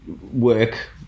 work